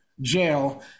jail